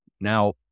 Now